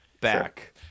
Back